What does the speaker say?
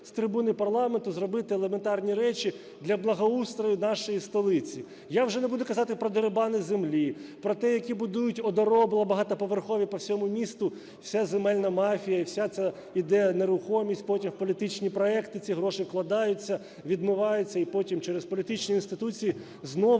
з трибуни парламенту робити елементарні речі для благоустрою нашої столиці! Я вже не буду казати про дерибани землі, про те, які будують одоробла багатоповерхові по всьому місту, вся земельна мафія і вся ця іде нерухомість, потім в політичні проекти ці гроші вкладаються, відмиваються і потім через політичні інституції знову